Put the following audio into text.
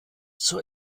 zur